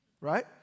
right